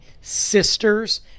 sisters